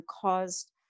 caused